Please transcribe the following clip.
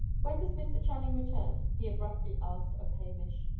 when does mr. channing return? he abruptly asked of hamish.